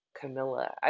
Camilla